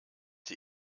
die